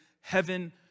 heaven